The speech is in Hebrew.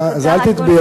אל תטבעי,